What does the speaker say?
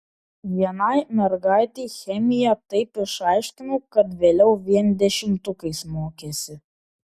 vienai mergaitei chemiją taip išaiškinau kad vėliau vien dešimtukais mokėsi